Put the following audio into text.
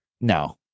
no